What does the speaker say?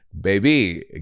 Baby